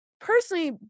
personally